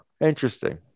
interesting